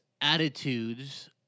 attitudes